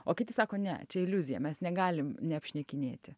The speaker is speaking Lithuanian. o kiti sako ne čia iliuzija mes negalim neapšnekinėti